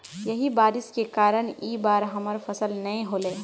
यही बारिश के कारण इ बार हमर फसल नय होले?